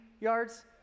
yards